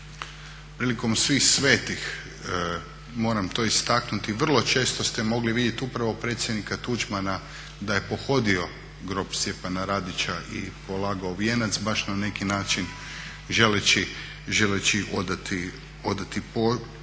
prilikom Svih svetih, moram to istaknuti, vrlo često ste mogli vidjeti upravo predsjednika Tuđmana da je pohodio grob Stjepana Radića i polagao vijenac, baš na neki način želeći odati počast